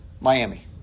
Miami